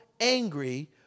angry